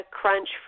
crunch